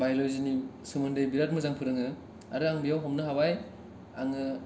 बायल'जिनि सोमोन्दै बिराथ मोजां फोरोङो आरो आं बियाव हमनो हाबाय आङो